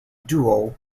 duo